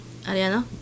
Ariana